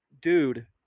dude